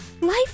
life